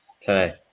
today